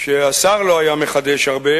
שהשר לא היה מחדש הרבה,